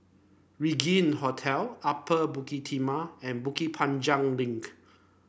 Regin Hotel Upper Bukit Timah and Bukit Panjang Link